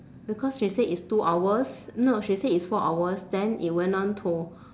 because she said it's two hours no she said it's four hours then it went on to